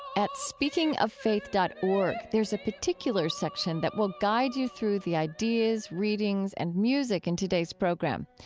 at speakingoffaith dot org, there's a particulars section that will guide you through the ideas, readings and music in today's program.